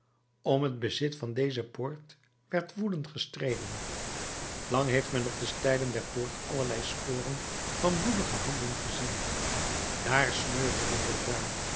om het bezit van deze poort werd woedend gestreden lang heeft men op de stijlen der poort allerlei sporen van bloedige handen gezien dààr sneuvelde